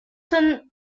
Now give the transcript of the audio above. son